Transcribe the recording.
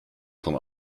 von